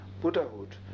Buddhahood